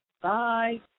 bye